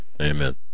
Amen